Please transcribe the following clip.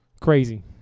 Crazy